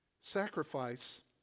Sacrifice